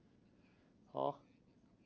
oh